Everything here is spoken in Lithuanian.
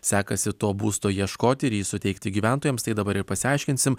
sekasi to būsto ieškoti ir jį suteikti gyventojams tai dabar ir pasiaiškinsim